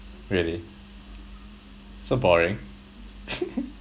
really so boring